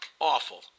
Awful